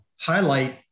highlight